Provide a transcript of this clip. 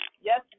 Yes